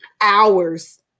hours